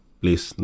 please